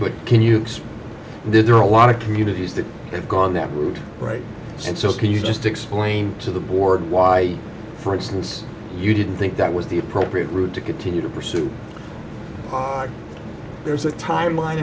but can you explain there are a lot of communities that have gone that route right and so can you just explain to the board why for instance you didn't think that was the appropriate route to continue to pursue there's a timeline